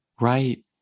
Right